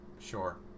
Sure